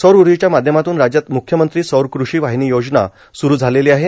सौर ऊर्जेच्या माध्यमातून राज्यात म्ख्यमंत्री सौर कृषी वाहिनी योजना स्रू झालेली आहे